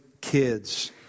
kids